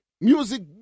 music